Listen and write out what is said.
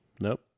Nope